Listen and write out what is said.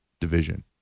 division